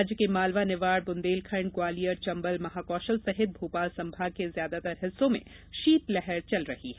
राज्य के मालवा निवाड़ बुंदेलखण्ड ग्वालियर चंबल महाकौशल सहित भोपाल संभाग के ज्यादातर हिस्सों में शीतलहर चल रही है